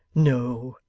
no.